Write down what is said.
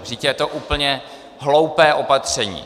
Vždyť je to úplně hloupé opatření.